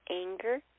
anger